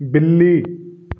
ਬਿੱਲੀ